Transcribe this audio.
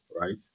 right